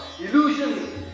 illusion